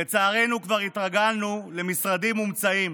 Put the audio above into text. לצערנו, כבר התרגלנו למשרדים מומצאים